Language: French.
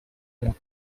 ont